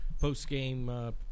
post-game